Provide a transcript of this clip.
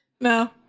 No